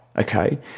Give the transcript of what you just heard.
Okay